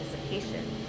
participation